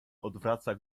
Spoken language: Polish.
odwraca